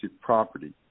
property